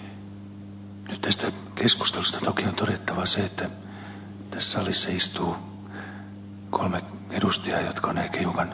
nyt tästä keskustelusta toki on todettava se että tässä salissa istuu kolme edustajaa jotka ovat ehkä hiukan jossakin määrin jopa jäävejä ainakin kehumaan tätä maakuntakokeilua